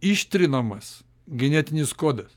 ištrinamas genetinis kodas